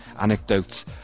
anecdotes